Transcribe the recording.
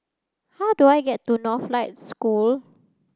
how do I get to School